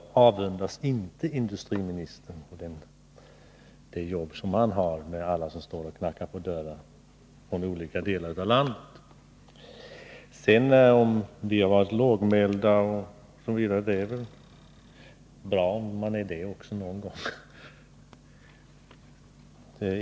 Herr talman! Jag avundas inte industriministern det jobb som han har, med alla som står och knackar på dörren från olika delar av landet. Vi har varit lågmälda — det är väl bra om man någon gång också är det.